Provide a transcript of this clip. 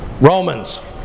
Romans